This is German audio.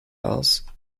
aus